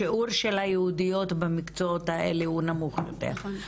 השיעור של היהודיות במקצועות האלה הוא נמוך יותר,